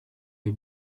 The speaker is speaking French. des